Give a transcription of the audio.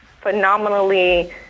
phenomenally